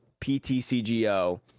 ptcgo